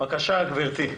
בקשה, גברתי.